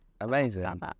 amazing